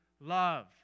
love